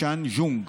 צ'אנג ז'ונג,